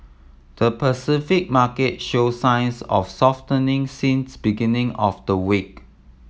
the Pacific market showed signs of softening since beginning of the week